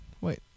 wait